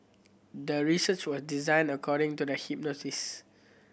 the research was designed according to the hypothesis